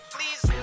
Please